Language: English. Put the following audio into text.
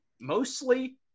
mostly